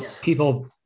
people